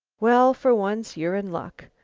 well, for once you are in luck.